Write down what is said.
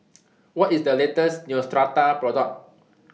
What IS The latest Neostrata Product